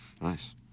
Nice